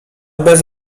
bez